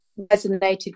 resonated